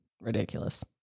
Ridiculous